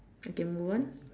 okay move on